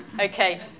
Okay